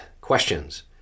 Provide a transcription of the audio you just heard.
questions